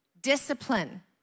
Discipline